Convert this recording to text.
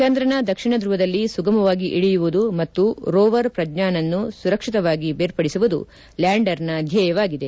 ಚಂದ್ರನ ದಕ್ಷಿಣ ಧ್ರುವದಲ್ಲಿ ಸುಗಮವಾಗಿ ಇಳಿಯುವುದು ಮತ್ತು ರೋವರ್ ಪ್ರಜ್ಞಾನ್ ಅನ್ನು ಸುರಕ್ಷಿತವಾಗಿ ಬೇರ್ಪಡಿಸುವುದು ಲ್ಯಾಂಡರ್ನ ಧ್ಯೇಯವಾಗಿದೆ